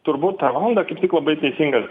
turbūt tą valandą kaip tik labai teisingas